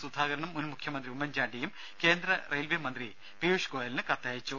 സുധാകരനും മുൻമുഖ്യമന്ത്രി ഉമ്മൻ ചാണ്ടിയും കേന്ദ്ര റെയിൽവെ മന്ത്രി പീയുഷ് ഗോയലിന് കത്തയച്ചു